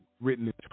written